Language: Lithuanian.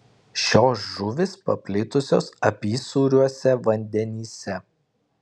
šios žuvys paplitusios apysūriuose vandenyse